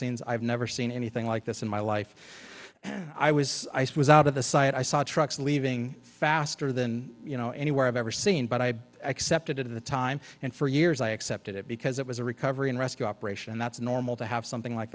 scenes i've never seen anything like this in my life i was ice was out of the sight i saw trucks leaving faster than you know anywhere i've ever seen but i accepted it at the time and for years i accepted it because it was a recovery and rescue operation and that's normal to have something like